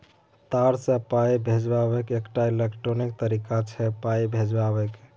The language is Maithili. तार सँ पाइ भेजब एकटा इलेक्ट्रॉनिक तरीका छै पाइ भेजबाक